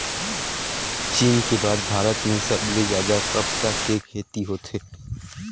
चीन के बाद भारत में सबले जादा कपसा के खेती होथे